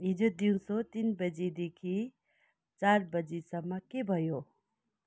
हिजो दिउँसो तिन बजेदेखि चार बजेसम्म के भयो